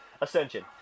ascension